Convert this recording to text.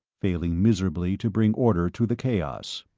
failing miserably to bring order to the chaos.